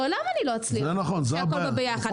לעולם אני לא אצליח כשהכל בא ביחד.